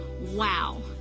Wow